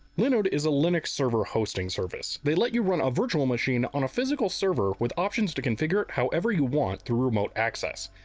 linude is a linux server hosting service. they let you run a virtual machine on a physical server with options to configure it however you want through remote access.